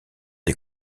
des